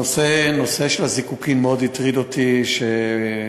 נושא הזיקוקים מאוד הטריד אותי בחודשים,